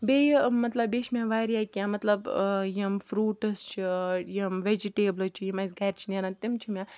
بیٚیہِ مَطلَب بیٚیہِ چھِ مےٚ واریاہ کینٛہہ مَطلَب یِم فروٗٹٕس چھِ یِم ویٚجِٹیبلز چھِ یِم اَسہِ گَرِ چھِ نیران تِم چھِ مےٚ